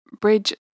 bridge